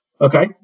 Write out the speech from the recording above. Okay